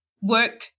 work